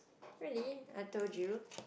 really I told you